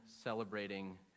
celebrating